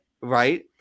right